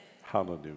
Hallelujah